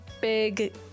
big